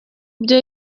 byo